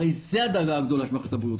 הרי זה הדאגה הגדולה של מערכת הבריאות,